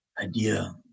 idea